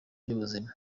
by’ubuzima